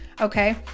okay